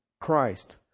Christ